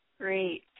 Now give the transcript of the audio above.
Great